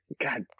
god